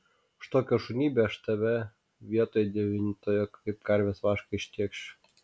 už tokią šunybę aš tave vietoj devintojo kaip karvės vašką ištėkšiu